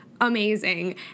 Amazing